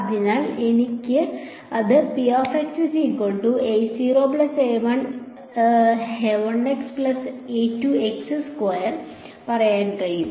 അതിനാൽ എനിക്ക് അത് പറയാൻ കഴിയും